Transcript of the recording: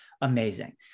amazing